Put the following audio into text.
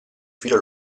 filo